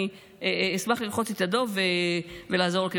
אני אשמח ללחוץ ידו ולעזור לו כמיטב,